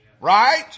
Right